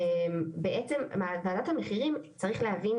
בעצם וועדת המחירים צריך להבין,